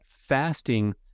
fasting